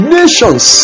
nations